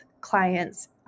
clients